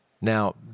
Now